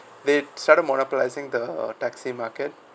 they started monopolising the taxi market